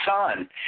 son